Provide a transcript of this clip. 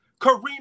Kareem